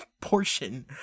portion